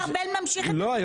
לא,